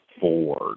Ford